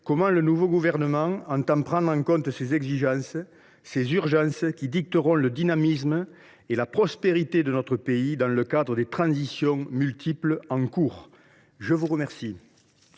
comment le nouveau gouvernement entend prendre en compte ces exigences et ces urgences qui détermineront le dynamisme et la prospérité de notre pays dans le cadre des transitions multiples en cours. La parole